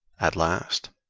at last,